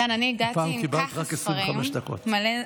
הפעם קיבלת רק 25 דקות.